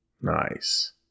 Nice